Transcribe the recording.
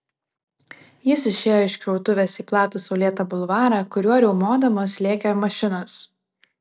jis išėjo iš krautuvės į platų saulėtą bulvarą kuriuo riaumodamos lėkė mašinos